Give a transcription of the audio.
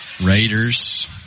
Raiders